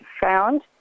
found